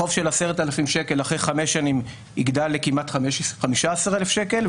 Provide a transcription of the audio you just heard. חוב של 10,000 שקל אחרי חמש שנים יגדל לכמעט 15,000 שקל,